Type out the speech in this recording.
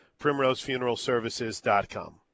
primrosefuneralservices.com